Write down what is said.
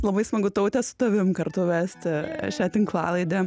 labai smagu taute su tavim kartu vesti šią tinklalaidę